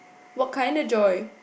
what kind of joy